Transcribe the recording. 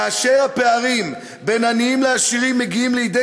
כאשר הפערים בין עניים לעשירים מגיעים לידי